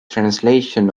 translation